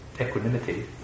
equanimity